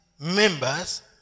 members